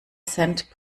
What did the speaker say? cent